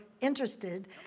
interested